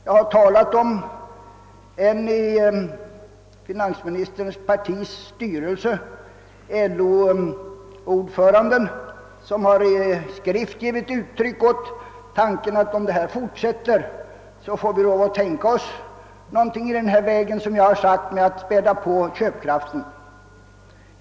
Jag har talat om en i finansministerns partis styrelse, LO-ordföranden, som i skrift har givit uttryck åt tanken att om detta fortsätter får vi lov att tänka oss någonting i den väg jag har talat om, nämligen att späda på köpkraften.